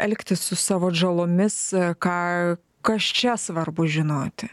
elgtis su savo atžalomis ką kas čia svarbu žinoti